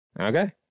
Okay